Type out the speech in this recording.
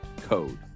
code